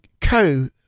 co